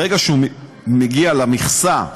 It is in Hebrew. ברגע שהיא מגיעה למכסה,